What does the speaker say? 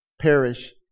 Perish